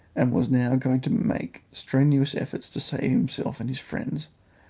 and was now going to make strenuous efforts to save himself and his friends,